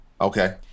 Okay